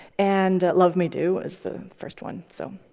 and love me do is the first one, so.